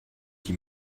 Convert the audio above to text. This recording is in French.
qui